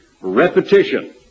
repetition